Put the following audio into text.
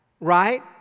right